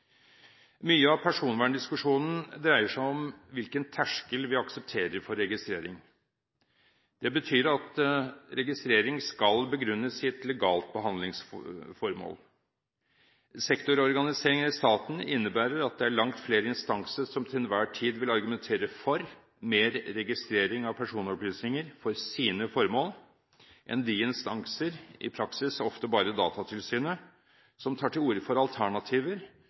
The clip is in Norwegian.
Mye av personverndiskusjonen dreier seg om hvilken terskel vi aksepterer for registrering. Det betyr at registrering skal begrunnes i et legalt behandlingsformål. Sektororganiseringer i staten innebærer at det er langt flere instanser som til enhver tid vil argumentere for mer registrering av personopplysninger for sine formål, enn de instanser – i praksis ofte bare Datatilsynet – som tar til orde for alternativer,